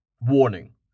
Warning